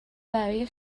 برای